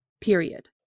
Period